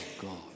God